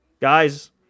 Guys